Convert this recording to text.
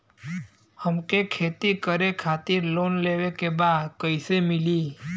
हमके खेती करे खातिर लोन लेवे के बा कइसे मिली?